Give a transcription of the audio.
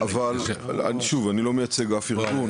אני לא מייצג אף ארגון,